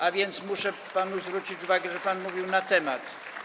a więc muszę panu zwrócić uwagę, żeby pan mówił na temat.